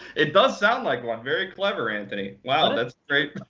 it does sound like one. very clever, anthony. wow, that's great.